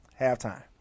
Halftime